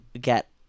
get